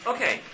Okay